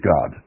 God